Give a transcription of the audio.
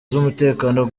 z’umutekano